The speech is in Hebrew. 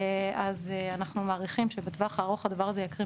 אז אנחנו מעריכים שבטווח הארוך הדבר הזה יקרין